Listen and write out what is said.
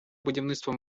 будівництва